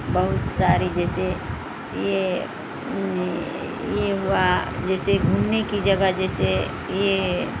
بہت سارے جیسے یہ یہ ہوا جیسے گھومنے کی جگہ جیسے یہ